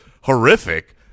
horrific